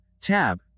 tab